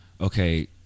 Okay